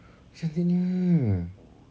cantiknya